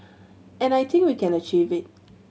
and I think we can achieve it